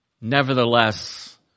Nevertheless